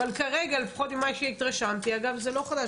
אבל ממה שהתרשמתי החוק לא מספיק